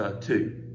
two